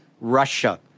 Russia